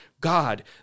God